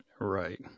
right